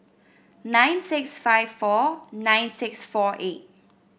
nine six five four nine six four eight